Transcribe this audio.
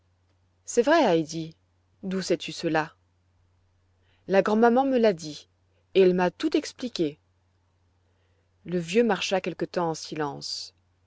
c'est vrai heidi d'où sais-tu cela la grand'maman me l'a dit et elle m'a tout expliqué le vieux marcha quelque temps en silence